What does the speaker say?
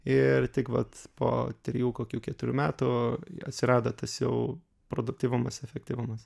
ir tik vat po trijų kokių keturių metų atsirado tas jau produktyvumas efektyvumas